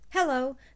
Hello